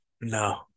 No